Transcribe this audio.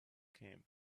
came